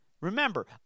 Remember